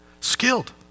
Skilled